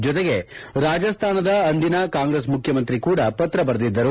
ಜೊತೆಗೆ ರಾಜಸ್ಥಾನದ ಅಂದಿನ ಕಾಂಗ್ರೆಸ್ ಮುಖ್ಯಮಂತ್ರಿ ಕೂಡ ಪತ್ರ ಬರೆದಿದ್ದರು